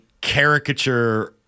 caricature